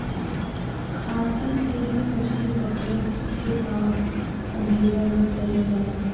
खांची से भी मछली पकड़े के काम अंधेरा में कईल जाला